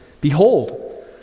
Behold